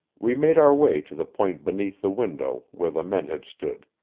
we made our way to the point beneath the window, where the men had stood.